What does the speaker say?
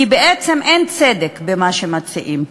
כי בעצם אין צדק במה שמציעים.